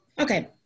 Okay